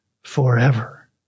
Forever